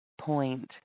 point